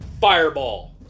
fireball